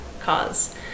cause